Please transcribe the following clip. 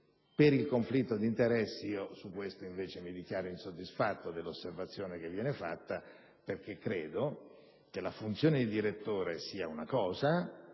il conflitto d'interessi, invece, mi dichiaro insoddisfatto dell'osservazione che viene fatta, perché credo che la funzione di direttore sia una cosa